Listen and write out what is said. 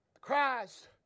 Christ